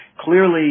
Clearly